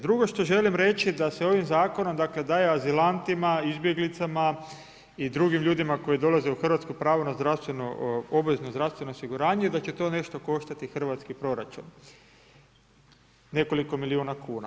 Drugo što želim reći da se ovim zakonom daje azilantima, izbjeglicama i drugim ljudima koji dolaze u Hrvatsku pravo na obvezno zdravstveno osiguranje, da će to nešto koštati hrvatski proračun nekoliko milijuna kuna.